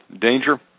danger